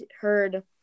heard